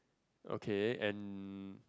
okay and